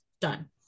done